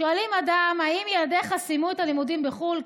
שואלים אדם: האם ילדיך סיימו את הלימודים בחו"ל?